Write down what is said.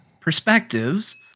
perspectives